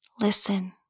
listen